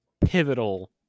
pivotal